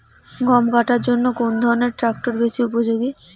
গম কাটার জন্য কোন ধরণের ট্রাক্টর বেশি উপযোগী?